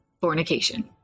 Fornication